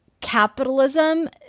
capitalism